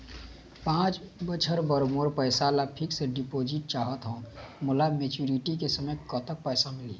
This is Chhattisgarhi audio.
पांच बछर बर मोर पैसा ला फिक्स डिपोजिट चाहत हंव, मोला मैच्योरिटी के समय कतेक पैसा मिल ही?